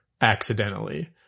accidentally